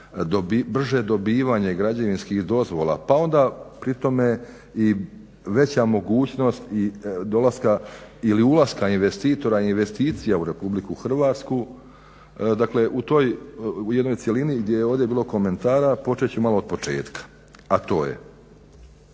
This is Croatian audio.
brže dobivanje građevinskih dozvola pa onda pri tome i veća mogućnost dolaska ili ulaska investitora i investicija u Republiku Hrvatsku, dakle u jednoj cjelini gdje je ovdje bilo komentara, počet ću od početka. A to je